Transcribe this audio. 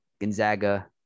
Gonzaga